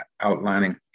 outlining